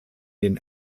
den